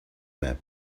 map